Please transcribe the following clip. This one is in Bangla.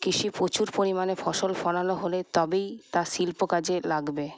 কৃষি প্রচুর পরিমাণে ফসল ফলানো হলে তবেই তা শিল্প কাজে লাগবে